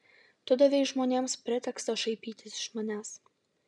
tu davei žmonėms pretekstą šaipytis iš manęs